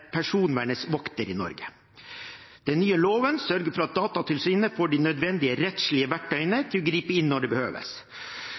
personvernets vokter i Norge. Den nye loven sørger for at Datatilsynet får de nødvendige rettslige verktøyene